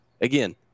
again